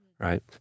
right